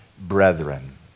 brethren